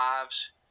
lives